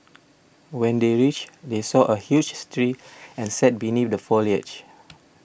when they reached they saw a huge street and sat beneath the foliage